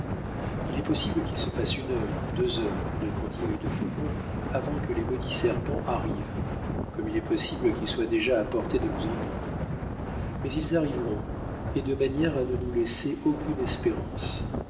il est possible qu'il se passe une heure deux heures répondit œil de faucon avant que les maudits serpents arrivent comme il est possible qu'ils soient déjà à portée de nous entendre mais ils arriveront et de manière à ne nous laisser aucune espérance